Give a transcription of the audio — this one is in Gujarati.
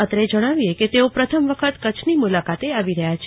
અત્રે જણાવીએ કે તેઓ પ્રથમ વખત કચ્છની મુલાકાતે આવી રહ્યા છે